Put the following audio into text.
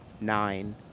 nine